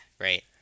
right